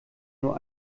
nur